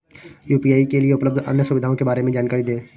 UPI के लिए उपलब्ध अन्य सुविधाओं के बारे में जानकारी दें?